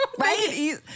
Right